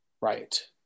right